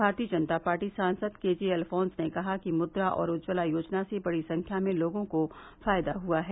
भारतीय जनता पार्टी सांसद K J Alphons ने कहा कि मुद्रा और उज्जवला योजना से बड़ी संख्या में लोगों को फायदा हुआ है